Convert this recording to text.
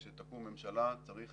כשתקום ממשלה צריך